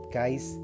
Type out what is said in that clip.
guys